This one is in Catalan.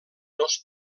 dos